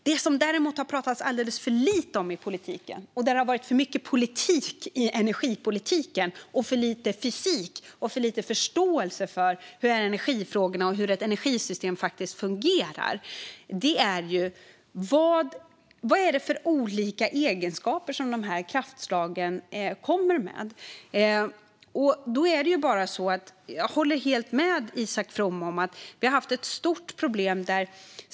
Det som det däremot har talats alldeles för lite om i politiken, och där det har det varit för mycket politik i energipolitiken, för lite fysik och för lite förståelse för energifrågorna och hur ett energisystem fungerar, är vad det är för olika egenskaper som kraftslagen kommer med. Jag håller helt med Isak From om att vi har haft ett stort problem.